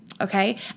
okay